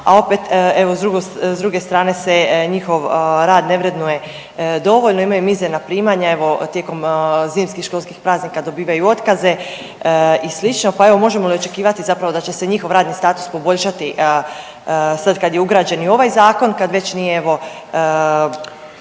a opet evo s druge strane se njihov rad ne vrednuje dovoljno. Imaju mizerna primanja. Evo tijekom zimskih školskih praznika dobivaju otkaze i slično, pa evo možemo li očekivati zapravo da će se njihov radni status poboljšati sad kad je ugrađen i ovaj zakon, kad već nije evo